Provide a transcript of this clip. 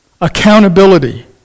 Accountability